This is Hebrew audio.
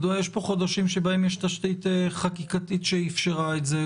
מדוע יש פה חודשים שבהם יש תשתית חקיקתית שאפשרה את זה,